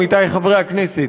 עמיתי חברי הכנסת,